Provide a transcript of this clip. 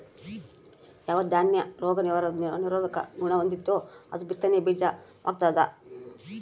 ಯಾವ ದಾನ್ಯ ರೋಗ ನಿರೋಧಕ ಗುಣಹೊಂದೆತೋ ಅದು ಬಿತ್ತನೆ ಬೀಜ ವಾಗ್ತದ